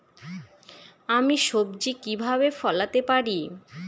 আমি সবজি কিভাবে ফলাতে পারি?